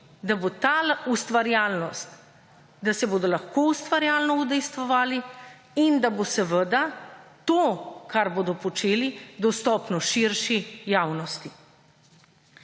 da bo ta ustvarjalnost, da se bodo lahko ustvarjalno udejstvovali in da bo seveda to kar bodo počeli, dostopno širši javnosti.